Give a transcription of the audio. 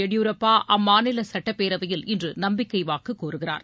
எடியூரப்பா அம்மாநில சுட்டப்பேரவையில் இன்று நம்பிக்கை வாக்கு கோருகிறார்